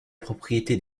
propriété